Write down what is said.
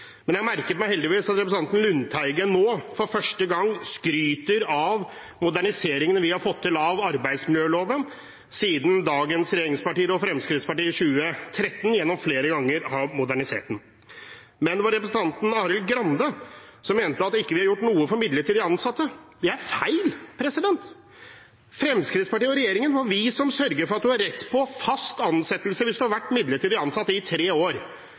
Men jeg merket meg heldigvis at representanten Lundteigen nå, for første gang, skryter av moderniseringene vi har fått til av arbeidsmiljøloven siden dagens regjeringspartier og Fremskrittspartiet fra 2013 flere ganger har modernisert den. Men det var representanten Arild Grande som mente at vi ikke har gjort noe for de midlertidig ansatte. Det er feil. Det var vi i Fremskrittspartiet og regjeringen som sørget for at man har rett til fast ansettelse hvis man har vært midlertidig ansatt i tre år,